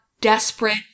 desperate